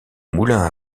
moulins